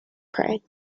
prey